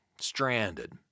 stranded